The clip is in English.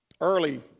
early